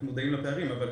אנחנו מודעים לפערים, אבל